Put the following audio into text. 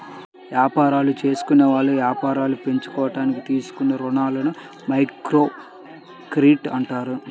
యాపారాలు జేసుకునేవాళ్ళు యాపారాలు పెంచుకోడానికి తీసుకునే రుణాలని మైక్రోక్రెడిట్ అంటారు